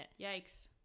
Yikes